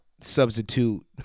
substitute